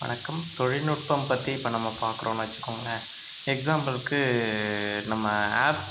வணக்கம் தொழில்நுட்பம் பற்றி இப்போ நம்ம பார்க்குறோன்னு வச்சுக்கோங்களேன் எக்ஸாம்புளுக்கு நம்ம ஆப்